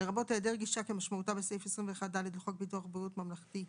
לרבות העדר גישה כמשמעותה בסעיף 21ד לחוק ביטוח בריאות ממלכתי,